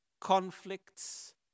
conflicts